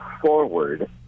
forward